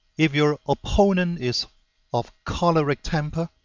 if your opponent is of choleric temper,